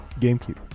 GameCube